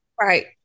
Right